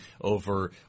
over